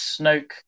Snoke